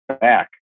back